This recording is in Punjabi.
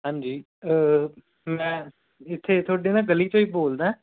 ਹਾਂਜੀ ਮੈਂ ਇੱਥੇ ਤੁਹਾਡੇ ਨਾ ਗਲੀ 'ਚੋਂ ਹੀ ਬੋਲਦਾ